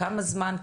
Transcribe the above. כמה זמן,